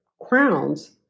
crowns